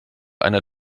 einer